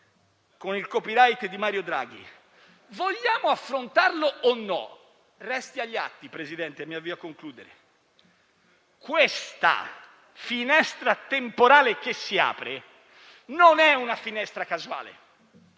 con il *copyright* di Mario Draghi - vogliamo affrontarlo o no? Resti agli atti, Presidente, che questa finestra temporale che si apre non è una finestra casuale,